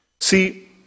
See